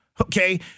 Okay